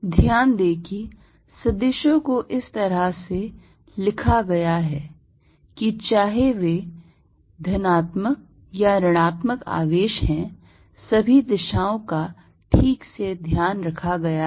Fnet14π0qQ1r12r1Q2r22r2 ध्यान दें कि सदिशों को इस तरह से लिखा गया है कि चाहे वे धनात्मक या ऋणात्मक आवेश है सभी दिशाओं का ठीक से ध्यान रखा गया है